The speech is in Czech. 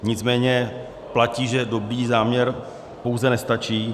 Nicméně platí, že dobrý záměr pouze nestačí.